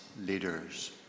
leaders